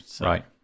right